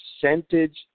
percentage